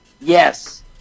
Yes